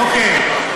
אוקיי.